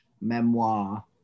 memoir